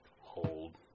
hold